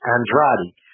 Andrade